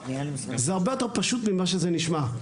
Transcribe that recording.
זה הרבה יותר פשוט ממה שזה נשמע.